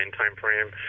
timeframe